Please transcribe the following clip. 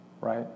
Right